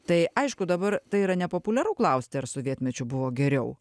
tai aišku dabar tai yra nepopuliaru klausti ar sovietmečiu buvo geriau